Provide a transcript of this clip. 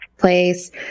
Place